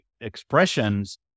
expressions